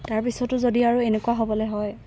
তাৰপিছতো যদি আৰু এনেকুৱা হ'বলৈ হয়